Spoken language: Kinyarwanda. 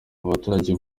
abaturage